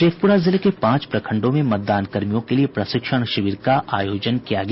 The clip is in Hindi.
शेखप्रा जिले के पांच प्रखंडों में मतदान कर्मियों के लिये प्रशिक्षण शिविर का आयोजन किया गया